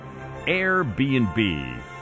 Airbnb